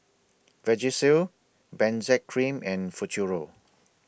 Vagisil Benzac Cream and Futuro